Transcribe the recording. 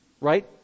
Right